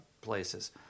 places